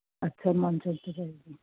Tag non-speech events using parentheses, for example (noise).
ਅੱਛਾ (unintelligible)